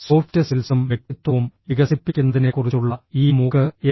soft സ്കിൽസും വ്യക്തിത്വവും വികസിപ്പിക്കുന്നതിനെക്കുറിച്ചുള്ള ഈ മൂക്ക് എൻ